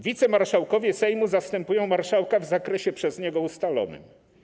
wicemarszałkowie Sejmu zastępują marszałka w zakresie przez niego ustalonym.